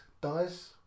dies